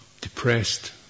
depressed